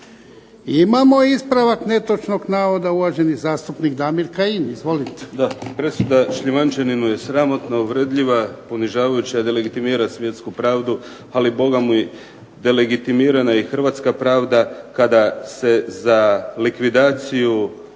Imamo ispravak netočnog navoda uvaženi zastupnik Damir Kajin.